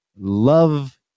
love